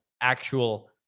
actual